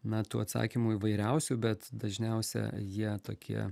na tų atsakymų įvairiausių bet dažniausia jie tokie